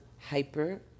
hyper